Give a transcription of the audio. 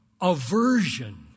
aversion